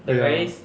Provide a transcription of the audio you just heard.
ya